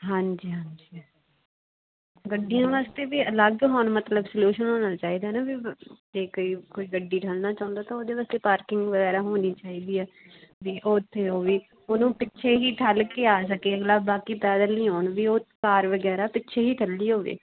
ਹਾਂਜੀ ਹਾਂਜੀ ਗੱਡੀਆਂ ਵਾਸਤੇ ਵੀ ਅਲੱਗ ਹੁਣ ਮਤਲਬ ਸਲਿਊਸ਼ਨ ਹੋਣਾ ਚਾਹੀਦਾ ਨਾ ਵੀ ਅਤੇ ਕਈ ਕੋਈ ਗੱਡੀ ਠੱਲ੍ਹਣਾ ਚਾਹੁੰਦਾ ਤਾਂ ਉਹਦੇ ਵਾਸਤੇ ਪਾਰਕਿੰਗ ਵਗੈਰਾ ਹੋਣੀ ਚਾਹੀਦੀ ਹੈ ਵੀ ਉੱਥੇ ਉਹ ਵੀ ਉਹਨੂੰ ਪਿੱਛੇ ਹੀ ਠੱਲ੍ਹ ਕੇ ਆ ਸਕੇ ਅਗਲਾ ਬਾਕੀ ਪੈਦਲ ਹੀ ਆਉਣ ਵੀ ਉਹ ਕਾਰ ਵਗੈਰਾ ਪਿੱਛੇ ਹੀ ਠੱਲ੍ਹੀ ਹੋਵੇ